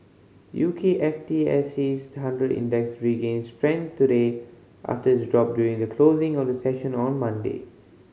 U K S F T S C hundred Index regained strength today after its drop during the closing of the session on Monday